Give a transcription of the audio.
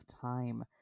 time